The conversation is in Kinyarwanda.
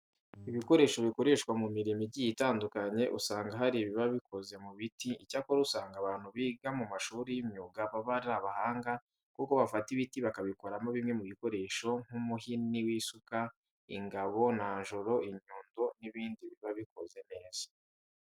Ibikoresho bikoreshwa mu mirimo igiye itandukanye usanga hari ibiba bikoze mu biti. Icyakora usanga abantu biga mu mashuri y'imyuga baba ari abahanga kuko bafata ibiti bakabikoramo bimwe mu bikoresho nk'umuhini w'isuka, ingabo, nanjoro, inyundo n'ibindi biba bikoze neza.